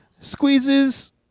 squeezes